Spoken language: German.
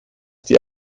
die